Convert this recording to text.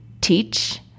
teach